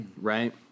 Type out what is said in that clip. right